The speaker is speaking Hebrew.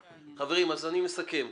אני מסכם.